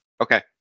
Okay